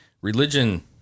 religion